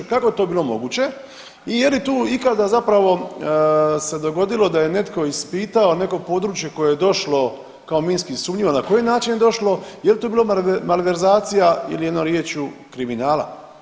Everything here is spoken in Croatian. Kako je to bilo moguće i je li tu ikada se zapravo dogodilo da je netko ispitao neko područje koje je došlo kao minski sumnjivo na koji način je došlo, jel tu bilo malverzacija ili jednom riječju kriminala?